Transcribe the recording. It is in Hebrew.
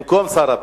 במקום שר הפנים.